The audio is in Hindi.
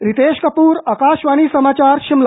रितेश कपूर आकाशवाणी समाचार शिमला